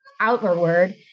outward